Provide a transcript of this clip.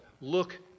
look